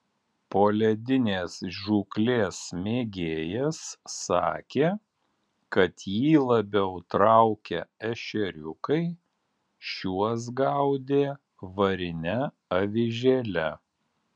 poledinės žūklės mėgėjas sakė kad jį labiau traukia ešeriukai šiuos gaudė varine avižėle